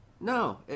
No